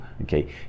okay